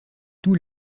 tous